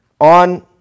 on